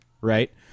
right